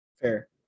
Fair